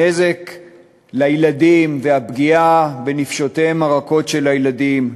הנזק לילדים, הפגיעה בנפשותיהם הרכות של הילדים.